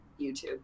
YouTube